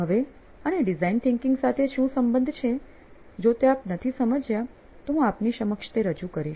હવે આને design thinking સાથે શું સંબંધ છે જો આપ તે નથી સમજ્યા તો હું આપની સમક્ષ તે રજૂ કરીશ